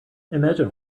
imagine